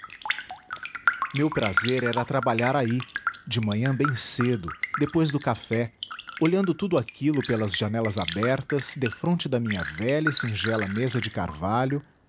meu prazer era trabalhar aí de manhã bem cedo depois do café olhando tudo aquilo pelas janelas abertas defronte da minha velha e singela mesa de carvalho